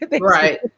right